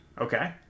Okay